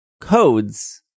codes